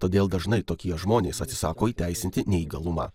todėl dažnai tokie žmonės atsisako įteisinti neįgalumą